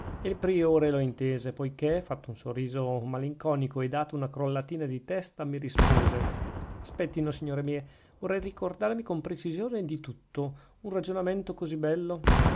il priore lo intese poichè fatto un sorriso malinconico e data una crollatina di testa mi rispose aspettino signore mie vorrei ricordarmi con precisione di tutto un ragionamento così bello